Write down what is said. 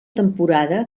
temporada